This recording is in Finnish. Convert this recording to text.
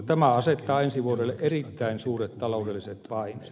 tämä asettaa ensi vuodelle erittäin suuret taloudelliset paineet